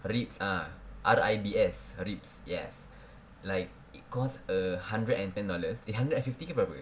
ribs ah R I B S ribs yes like it cost err hundred and ten dollars eh hundred and fifty ke berapa